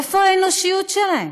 איפה האנושיות שלהם?